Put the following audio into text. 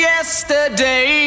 Yesterday